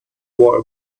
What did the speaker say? wore